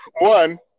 one